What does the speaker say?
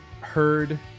heard